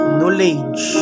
knowledge